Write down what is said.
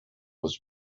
was